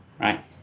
right